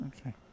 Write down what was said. Okay